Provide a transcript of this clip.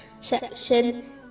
section